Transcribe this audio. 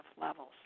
levels